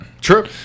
True